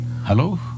Hello